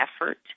effort